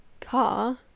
car